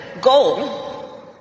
goal